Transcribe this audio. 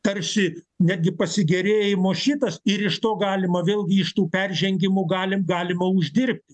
tarši netgi pasigėrėjimo šitas ir iš to galima vėl grįžtu peržengimų galim galima uždirbti